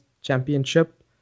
championship